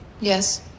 Yes